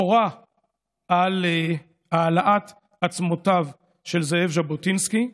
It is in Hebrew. הורה על העלאת עצמותיו של זאב ז'בוטינסקי,